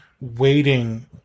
waiting